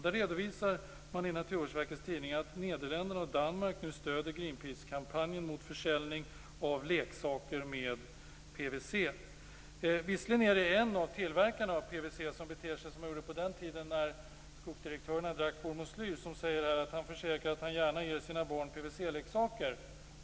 Där redovisar man att Nederländerna och Danmark nu stöder Greenpeacekampanjen mot försäljning av leksaker med PVC. Visserligen är det en av tillverkarna av PVC som beter sig som man gjorde på den tiden när skogsdirektörerna drack hormoslyr. Han försäkrar nämligen att han gärna ger sina barn PVC-leksaker.